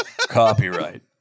Copyright